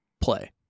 play